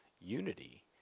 unity